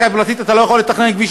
אבל בקרקע פרטית אתה לא יכול לתכנן כביש